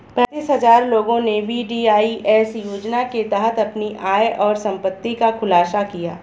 पेंतीस हजार लोगों ने वी.डी.आई.एस योजना के तहत अपनी आय और संपत्ति का खुलासा किया